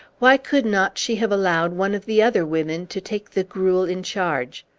why could not she have allowed one of the other women to take the gruel in charge?